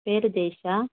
பேர் தேஷிகா